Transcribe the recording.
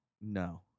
No